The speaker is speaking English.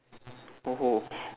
oh